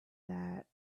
that